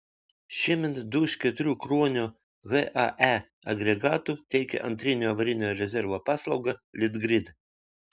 šiemet du iš keturių kruonio hae agregatų teikia antrinio avarinio rezervo paslaugą litgrid